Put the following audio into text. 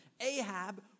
Ahab